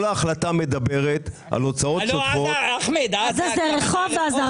כל ההחלטה מדברת על הוצאות שוטפות --- עזה זה רחוב עזה,